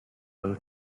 bull